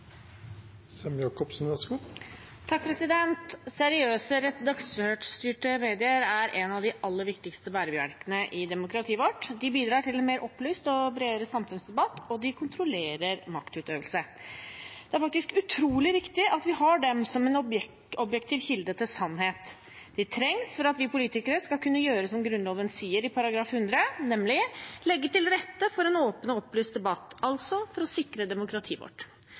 bidrar til en mer opplyst og bredere samfunnsdebatt, og de kontrollerer maktutøvelse. Det er faktisk utrolig viktig at vi har dem som en objektiv kilde til sannhet. De trengs for at vi politikere skal kunne gjøre som det står i Grunnloven § 100, nemlig legge til rette for en åpen og opplyst debatt, altså for å sikre demokratiet vårt.